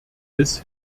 bis